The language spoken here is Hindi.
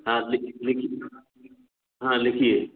हाँ लिख लिख हाँ लिखिए